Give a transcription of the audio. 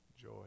joy